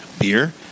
Beer